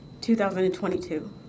2022